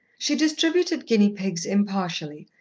she distributed guinea-pigs impartially,